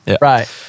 right